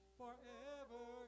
forever